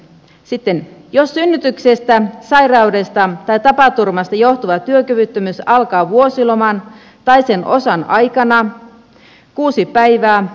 aikana jos synnytyksestä sairaudesta tai tapaturmasta johtuva työkyvyttömyys alkaa vuosiloman tai sen osan aikana kuusi päivää